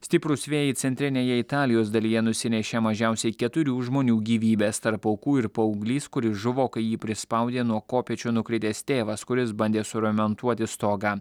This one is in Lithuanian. stiprūs vėjai centrinėje italijos dalyje nusinešė mažiausiai keturių žmonių gyvybes tarp aukų ir paauglys kuris žuvo kai jį prispaudė nuo kopėčių nukritęs tėvas kuris bandė suramentuoti stogą